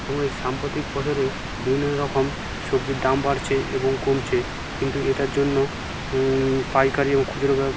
এবং এর সাম্প্রতিক বছরে বিভিন্ন রকম সবজির দাম বাড়ছে এবং কমছে কিন্তু এটার জন্য পাইকারি এবং খুচরো ব্যব